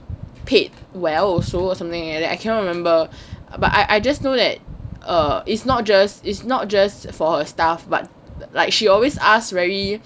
paid well also something like that then I cannot remember but I I just know that err it's not just is not just for her staff but like she always ask very